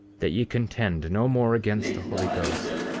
that ye contend no more against the holy ghost,